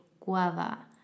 Guava